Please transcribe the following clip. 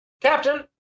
Captain